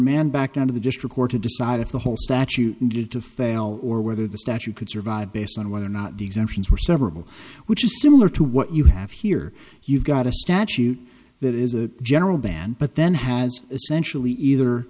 mand back down to the district court to decide if the whole statute needed to fail or whether the statute could survive based on whether or not the exemptions were several which is similar to what you have here you've got a statute that is a general ban but then has essentially either